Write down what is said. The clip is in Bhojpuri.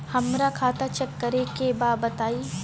हमरा खाता चेक करे के बा बताई?